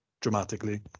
dramatically